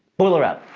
boiler up!